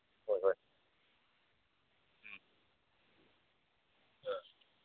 ꯍꯣꯏ ꯍꯣꯏ ꯎꯝ ꯑ